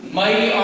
mighty